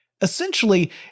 Essentially